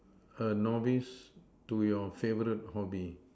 a novice to your favourite hobby